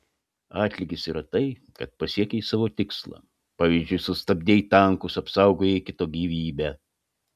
atlygis yra tai kad pasiekei savo tikslą pavyzdžiui sustabdei tankus apsaugojai kito gyvybę